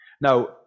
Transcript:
Now